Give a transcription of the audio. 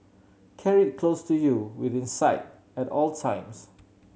carry it close to you within sight at all times